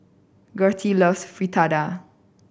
Gertie loves Fritada